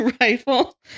rifle